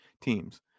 teams